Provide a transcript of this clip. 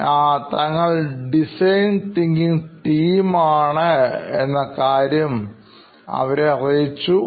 അവരെ സഹായിക്കാൻ ആണ് വന്നിരിക്കുന്നത് എന്ന കാര്യം അവരെ അറിയിച്ചു